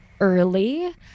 early